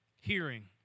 Hearing